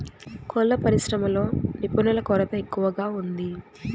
కోళ్ళ పరిశ్రమలో నిపుణుల కొరత ఎక్కువగా ఉంది